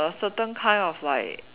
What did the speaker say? a certain kind of like